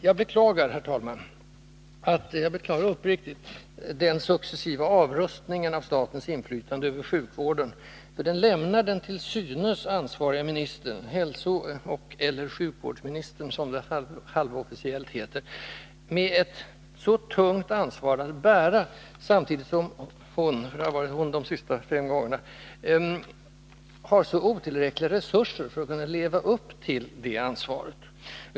Jag beklagar uppriktigt, herr talman, den successiva avrustningen av statens inflytande över sjukvården, för den lämnar den till synes ansvariga ministern — hälsooch/eller sjukvårdsministern, som det halvofficiellt hetat — med ett så tungt ansvar att bära, samtidigt som hon har så otillräckliga resurser för att kunna leva upp till det ansvaret.